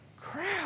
crap